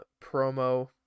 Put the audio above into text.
promo